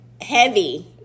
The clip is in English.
heavy